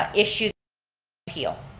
ah issue appeal?